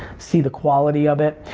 see the quality of it.